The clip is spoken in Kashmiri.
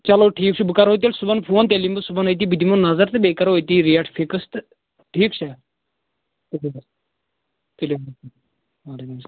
چلو ٹھیٖک چھُ بہٕ کَرو تیٚلہِ صُبَحن فون تیٚلہِ یِمہٕ بہٕ صُبَحن أتی بہٕ دِمہٕ نظر تہٕ بیٚیہِ کَرو أتی ریٹ فِکٕس تہٕ ٹھیٖک چھا شُکریا تُلِو